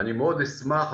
אני מאוד אשמח.